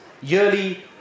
yearly